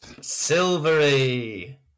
Silvery